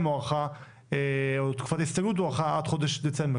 הוארכה או תקופת ההסתגלות הוארכה עד חודש דצמבר,